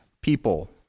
people